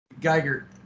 Geiger